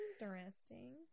Interesting